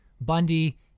Bundy